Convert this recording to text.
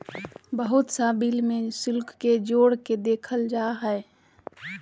बहुत सा बिल में शुल्क के जोड़ के देखल जा हइ